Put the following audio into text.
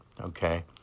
okay